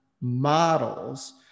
models